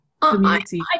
community